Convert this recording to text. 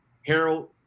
Harold